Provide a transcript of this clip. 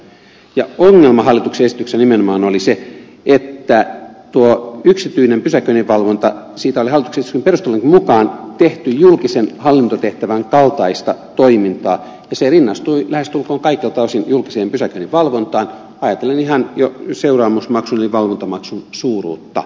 ongelma hallituksen esityksessä oli nimenomaan se että yksityisestä pysäköinninvalvonnasta oli hallituksen esityksen perustelujenkin mukaan tehty julkisen hallintotehtävän kaltaista toimintaa ja se rinnastui lähestulkoon kaikilta osin julkiseen pysäköinninvalvontaan ajatellen ihan jo seuraamusmaksun eli valvontamaksun suuruutta